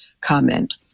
comment